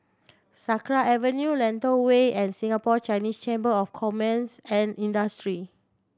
Sakra Avenue Lentor Way and Singapore Chinese Chamber of Commerce and Industry